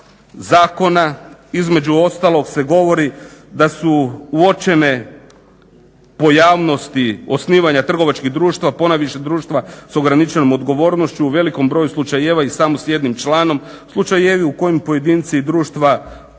zakona, između ostalog se govori da su uočene pojavnosti osnivanja trgovačkih društava, ponajviše društva s ograničenom odgovornošću u velikom broju slučajeva i samo s jednim članom. Slučajevi u kojim pojedinci i društva su osnovali